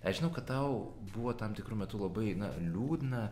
aš žinau kad tau buvo tam tikru metu labai liūdna